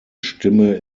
stimme